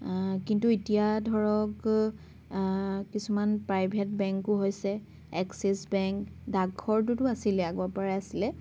কিন্তু এতিয়া ধৰক কিছুমান প্ৰাইভেট বেংকো হৈছে এক্সিছ বেংক ডাকঘৰটোতো আছিলে আগৰ পৰাই আছিলে